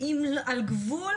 על גבול